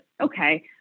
okay